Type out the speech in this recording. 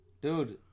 Dude